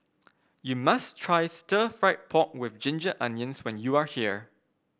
you must try Stir Fried Pork with Ginger Onions when you are here